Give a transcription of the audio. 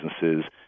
businesses